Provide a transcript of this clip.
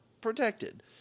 protected